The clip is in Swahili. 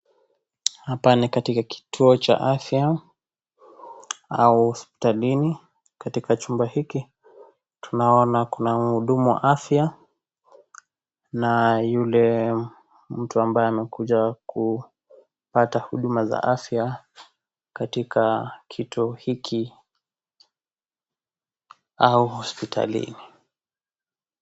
Hapa ni katika kituo cha afya, au hospitalini, katika chumba hiki, tunaona kuna Muudumu wa afya, na Yule mtu ambaye amekuja kupata huduma za afya, katika kituo hiki, au hospitalini.